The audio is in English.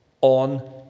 on